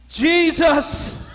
Jesus